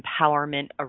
empowerment